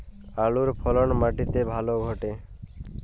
আলুর ফলন মাটি তে ভালো ঘটে?